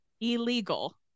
illegal